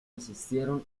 asistieron